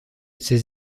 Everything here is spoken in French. ses